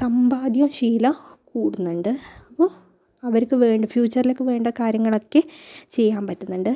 സമ്പാദ്യ ശീലം കൂടുന്നുണ്ട് അപ്പോൾ അവർക്ക് വേണ്ട ഫ്യൂച്ചറിലേക്ക് വേണ്ട കാര്യങ്ങളൊക്കെ ചെയ്യാൻ പറ്റുന്നുണ്ട്